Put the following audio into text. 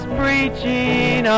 preaching